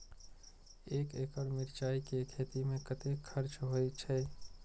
एक एकड़ मिरचाय के खेती में कतेक खर्च होय छै?